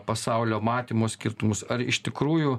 pasaulio matymo skirtumus ar iš tikrųjų